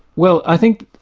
well i think,